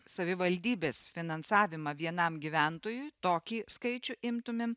savivaldybės finansavimą vienam gyventojui tokį skaičių imtumėm